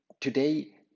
Today